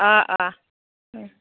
अ अ